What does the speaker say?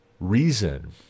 reason